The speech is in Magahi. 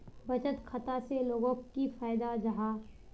बचत खाता से लोगोक की फायदा जाहा?